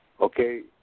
Okay